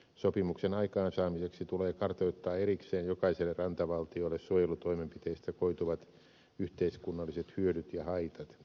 sopimuksen aikaansaamiseksi tulee kartoittaa erikseen jokaiselle rantavaltiolle suojelutoimenpiteistä koituvat yhteiskunnalliset hyödyt ja haitat